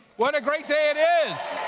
what a great day it is.